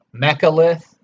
Mechalith